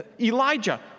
Elijah